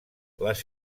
les